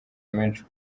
menshi